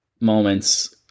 moments